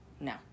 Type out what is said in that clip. No